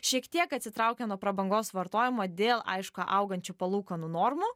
šiek tiek atsitraukia nuo prabangos vartojimo dėl aišku augančių palūkanų normų